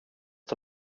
det